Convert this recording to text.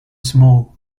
small